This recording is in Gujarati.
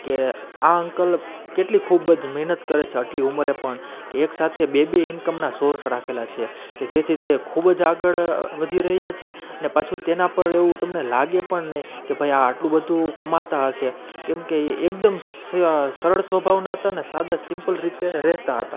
કે આ અંકલ કેટલી ખૂબ જ મહેનત કરે છે અટલી ઉંમરે પણ કે એકસાથે બે બે ઇન્કમના સોર્સ રાખેલા છે કે જેથી તે ખૂબ જ આગળ વધી રહ્યાં છે ને પાછું તેના પર એવું તમને લાગે પણ નહીં કે ભાઈ આ આટલું બધું કમાતા હશે કેમ કે એકદમ સરળ સ્વભાવના હતા અને સાદા સિમ્પલ રીતે રહેતા હતા